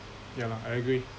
yeah lah I agree